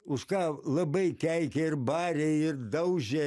už ką labai keikė ir barė ir daužė